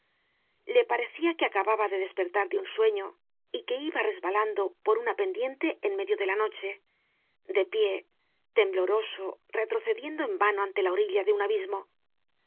le parecia que acababa de despertar de un sueño y que iba resbalando por una pendiente en medio de la noche de pie tembloroso retrocediendo en vano ante la orilla de un abismo